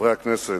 חברי הכנסת,